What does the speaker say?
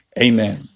Amen